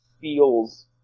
feels